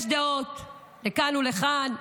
יש דעות לכאן ולכאן,